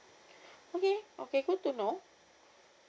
okay okay good to know